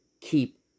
keep